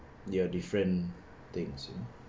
there are different things